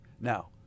Now